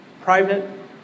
Private